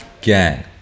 gang